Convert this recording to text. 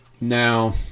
Now